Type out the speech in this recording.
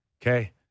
Okay